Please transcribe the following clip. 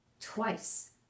twice